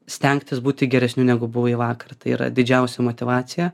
stengtis būti geresniu negu buvai vakar tai yra didžiausia motyvacija